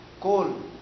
coal